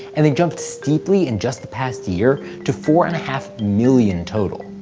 and they jumped steeply in just the past year to four and a half million total.